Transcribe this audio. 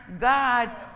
God